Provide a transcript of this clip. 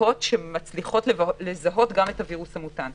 שלנו משתמשות בערכות שמצליחות לזהות גם את הווירוס המוטנטי.